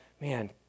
man